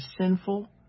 sinful